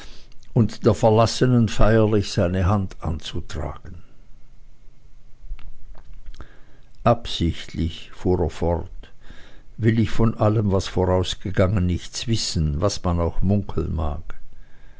und der verlassenen feierlich seine hand anzutragen absichtlich fuhr er fort will ich von allem was vorausgegangen nichts wissen was man auch munkeln mag